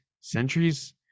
Centuries